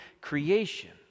creation